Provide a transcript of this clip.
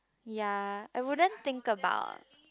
ya I wouldn't think about